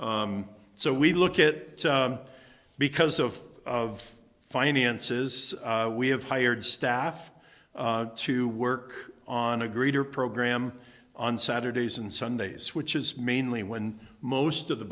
so we look at it because of of finances we have hired staff to work on a greeter program on saturdays and sundays which is mainly when most of the